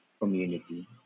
community